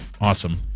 awesome